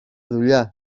δουλειά